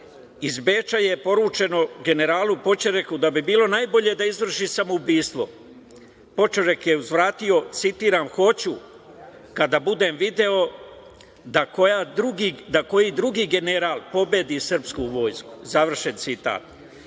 iz Beča je poručeno generalu Poćoreku da bi bilo najbolje da izvrši samoubistvo. Poćorek je uzvratio, citiram - hoću, kada budem video da koji drugi general pobedi srpsku vojsku. Završen